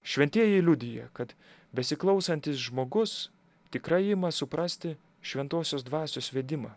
šventieji liudija kad besiklausantis žmogus tikrai ima suprasti šventosios dvasios vedimą